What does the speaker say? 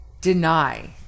deny